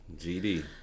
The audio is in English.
GD